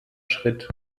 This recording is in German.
schritt